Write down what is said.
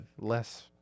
less